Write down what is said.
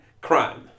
Crime